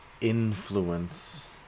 influence